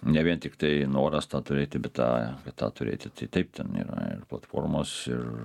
ne vien tiktai noras tą turėti bet tą bet tą turėti tai taip ten yra ir platformos ir